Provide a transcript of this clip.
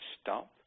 stop